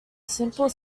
simple